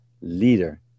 leader